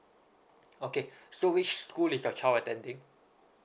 okay so which school is your child attending